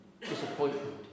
disappointment